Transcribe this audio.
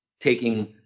taking